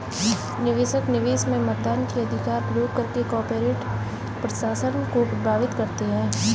निवेशक, निवेश में मतदान के अधिकार का प्रयोग करके कॉर्पोरेट प्रशासन को प्रभावित करते है